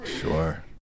Sure